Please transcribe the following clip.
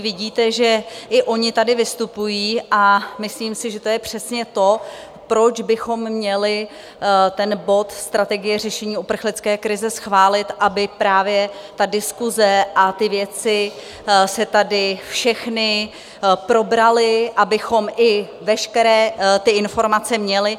Vidíte, že i oni tady vystupují, a myslím si, že to je přesně to, proč bychom měli bod Strategie řešení uprchlické krize schválit, aby právě ta diskuse a ty věci se tady všechny probraly, abychom i veškeré ty informace měli.